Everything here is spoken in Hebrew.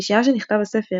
בשעה שנכתב הספר,